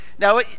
Now